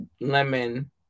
Lemon